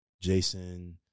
Jason